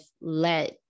let